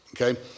okay